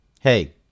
hey